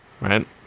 right